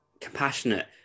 compassionate